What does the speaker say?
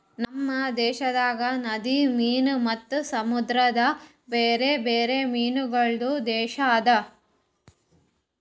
ನಮ್ ದೇಶದಾಗ್ ನದಿ ಮೀನು ಮತ್ತ ಸಮುದ್ರದ ಬ್ಯಾರೆ ಬ್ಯಾರೆ ಮೀನಗೊಳ್ದು ದೇಶ ಅದಾ